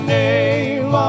name